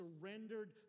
surrendered